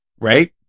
right